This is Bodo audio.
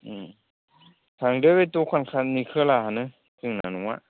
थांदो बे दखाननि खोलाहानो जोंना न'आ